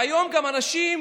והיום גם אנשים,